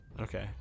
Okay